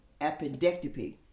appendectomy